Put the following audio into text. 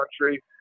country